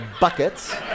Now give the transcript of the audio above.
buckets